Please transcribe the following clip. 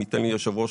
אם ייתן לי היושב ראש,